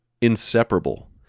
inseparable